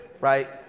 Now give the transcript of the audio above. right